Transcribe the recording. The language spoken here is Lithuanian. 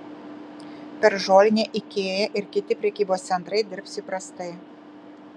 per žolinę ikea ir kiti prekybos centrai dirbs įprastai